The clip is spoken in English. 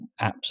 apps